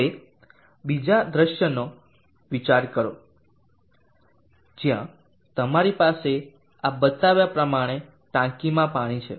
હવે બીજા દૃશ્યનો વિચાર કરો જ્યાં તમારી પાસે આ બતાવ્યા પ્રમાણે ટાંકીમાં પાણી છે